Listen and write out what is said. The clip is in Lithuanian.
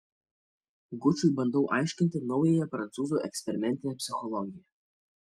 gučui bandau aiškinti naująją prancūzų eksperimentinę psichologiją